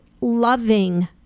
loving